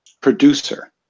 producer